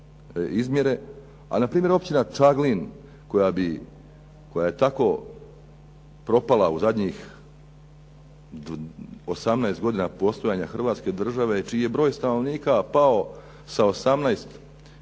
a npr. općina Čaglin koja bi, koja je tako propala u zadnjih 18 godina postojanja Hrvatske države čiji je broj stanovnika pao sa 10 tisuća,